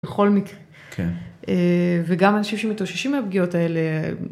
בכל מקרה, וגם אני חושבת שמתאוששים מהפגיעות האלה...